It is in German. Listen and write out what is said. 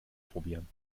probieren